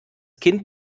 kind